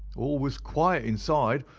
all was quiet inside,